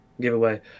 giveaway